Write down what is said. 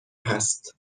هست